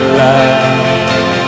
love